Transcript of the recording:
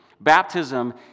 baptism